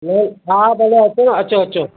हा भले अचो न अचो अचो